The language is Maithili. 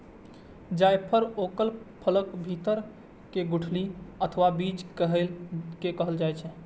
जायफल ओकर फलक भीतर के गुठली अथवा बीज कें कहल जाइ छै